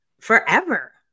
forever